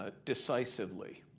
ah decisively.